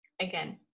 again